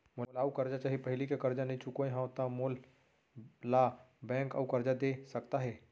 मोला अऊ करजा चाही पहिली के करजा नई चुकोय हव त मोल ला बैंक अऊ करजा दे सकता हे?